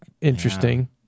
interesting